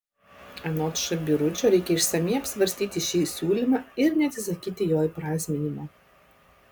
anot š biručio reikia išsamiai apsvarstyti šį siūlymą ir neatsisakyti jo įprasminimo